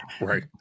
right